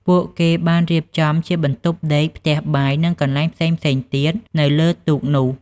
ពួកគេបានរៀបចំជាបន្ទប់ដេក ផ្ទះបាយ និងកន្លែងផ្សេងៗទៀតនៅលើទូកនោះ។